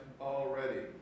already